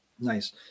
Nice